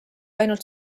ainult